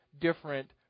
different